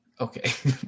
Okay